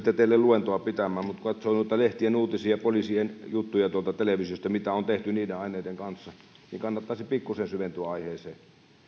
teille luentoa pitämään mutta kun katsoo noita lehtien uutisia polii sien juttuja tuolta televisiosta mitä on tehty niiden aineiden kanssa niin kannattaisi pikkusen syventyä aiheeseen